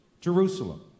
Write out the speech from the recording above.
Jerusalem